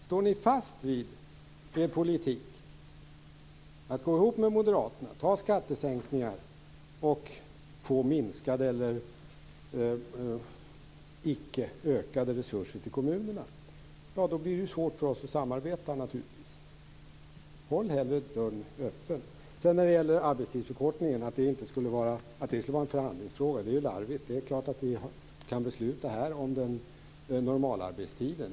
Står ni fast vid er politik att gå ihop med Moderaterna och därmed ta skattesänkningar och få minskade eller icke ökade resurser till kommunerna? Ja, då blir det naturligtvis svårt för oss att samarbeta. Håll hellre dörren öppen! Det är larvigt att säga att arbetstidsförkortningen skulle vara en förhandlingsfråga. Det är klart att vi kan besluta här om normalarbetstiden.